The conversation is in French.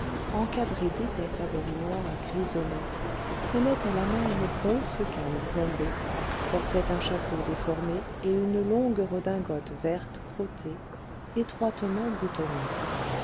encadrée d'épais favoris noirs grisonnants tenait à la main une grosse canne plombée portait un chapeau déformé et une longue redingote verte crottée étroitement boutonnée